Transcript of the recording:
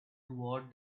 toward